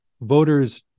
voters